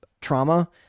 trauma